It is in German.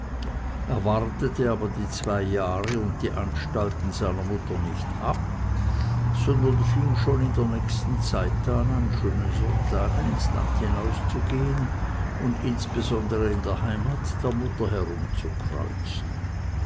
wartete aber die zwei jahre und die anstalten seiner mutter nicht ab sondern fing schon in der nächsten zeit an an schönen sonntagen ins land hinaus zu gehen und insbesondere in der heimat der mutter